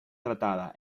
tratada